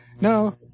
no